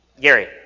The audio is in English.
Gary